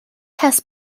has